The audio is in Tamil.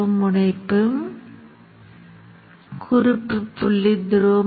அது ஒரு கோணம் நான் தூண்டிகள் அலை வடிவத்துடன் ஒப்பிட விரும்புகிறேன்